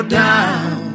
down